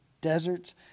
deserts